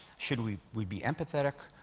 should we we be empathetic,